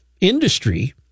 industry